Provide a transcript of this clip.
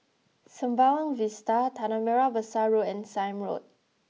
Sembawang Vista Tanah Merah Besar Road and Sime Road